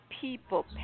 people